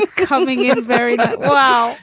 ah coming in very low